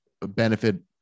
benefit